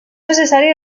necessari